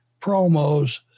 promos